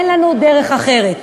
אין לנו דרך אחרת.